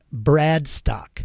Bradstock